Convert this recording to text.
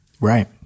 Right